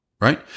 right